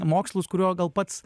mokslus kurio gal pats